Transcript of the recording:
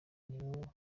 nibo